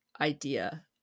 idea